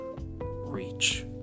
reach